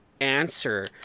answer